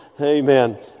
Amen